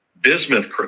bismuth